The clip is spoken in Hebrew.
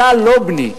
אתה לא, בני,